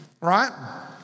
right